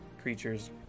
creatures